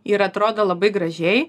ir atrodo labai gražiai